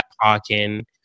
parking